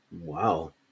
Wow